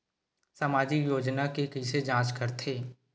सामाजिक योजना के कइसे जांच करथे?